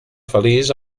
feliç